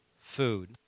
food